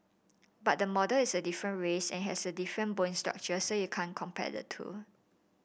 but the model is a different race and has a different bone structure so you can't compare the two